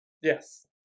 yes